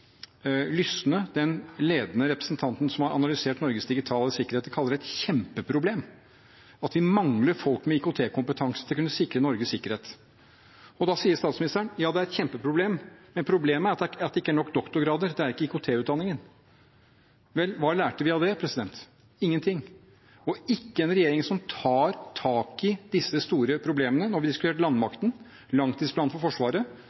Lysne, den ledende representanten som har analysert Norges digitale sikkerhet, kaller et kjempeproblem: at vi mangler folk med IKT-kompetanse til å kunne sikre Norges sikkerhet. Da sier statsministeren at ja, det er et kjempeproblem, men problemet er at det ikke er nok doktorgrader – det er ikke IKT-utdanningen. Men hva lærte vi av det? – Ingenting. Og vi har ikke en regjering som tar tak i disse store problemene. Nå har vi diskutert landmakten og langtidsplanen for Forsvaret,